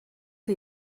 for